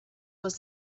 was